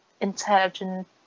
intelligent